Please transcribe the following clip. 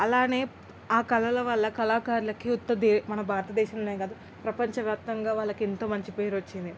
అలానే ఆ కళలు వల్ల కళాకారులకి ఉత్త మన భారతదేశంలోనే కాదు ప్రపంచవ్యాప్తంగా వాళ్ళకి ఎంతో మంచి పేరు వచ్చింది